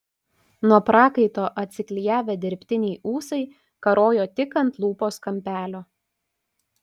nuo prakaito atsiklijavę dirbtiniai ūsai karojo tik ant lūpos kampelio